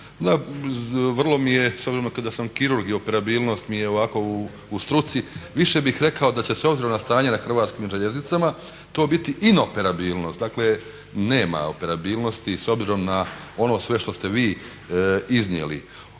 vrlo mi je s obzirom da sam kirurg i interoperabilnost mi je ovako u struci, više bih rekao da će s obzirom na stanje na Hrvatskim željeznicama to biti inoperabilnost, dakle nema operabilnosti s obzirom na ono sve što ste vi iznijeli.